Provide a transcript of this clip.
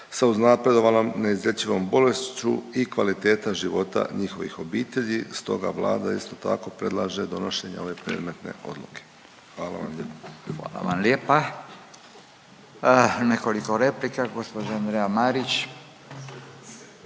sa uznapredovalom neizlječivom bolešću i kvaliteta života njihovih obitelji. Stoga Vlada isto tako predlaže donošenje ove predmete odluke. Hvala vam lijepa. **Radin, Furio (Nezavisni)** Hvala vam lijepa. Nekoliko replika, gospođa Andreja Marić.